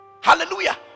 Hallelujah